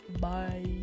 Bye